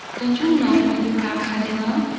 don't you know when you have had enough?